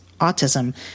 autism